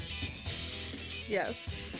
Yes